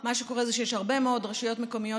מה שקורה הוא שיש הרבה מאוד רשויות מקומיות